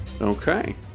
Okay